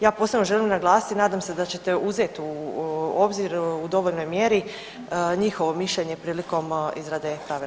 Ja posebno želim naglasiti i nadam se da ćete uzeti u obzir u dovoljnoj mjeri njihovo mišljenje prilikom izrade pravilnika.